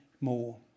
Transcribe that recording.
more